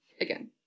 again